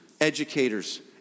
educators